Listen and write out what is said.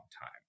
time